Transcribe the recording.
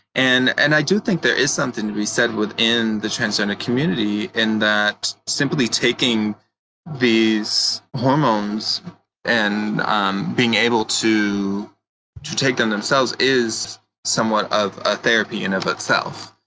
and and i do think there is something to be said within the transgender community, in that simply taking these hormones and um being able to to take them themselves is somewhat of a therapy in and of itself.